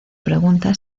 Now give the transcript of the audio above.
pregunta